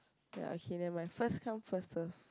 ya okay never mind first come first serve